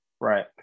Right